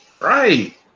Right